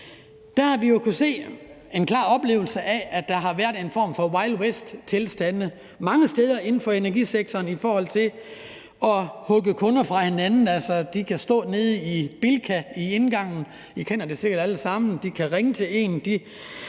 Der har vi jo kunnet se og haft en klar oplevelse af, at der har været en form for wild west-tilstande mange steder inden for energisektoren i forhold til at hugge kunder fra hinanden. Altså, de kan stå nede i Bilka, i indgangen – I kender det sikkert alle sammen – og de kan ringe til en;